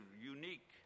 unique